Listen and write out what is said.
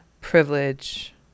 privilege